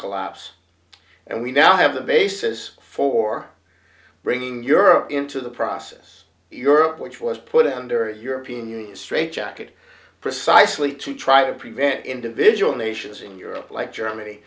collapse and we now have the basis for bringing europe into the process europe which was put under european union straitjacket precisely to try to prevent individual nations in europe like germany